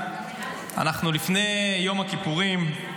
אנחנו לפני יום הכיפורים,